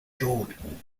jordan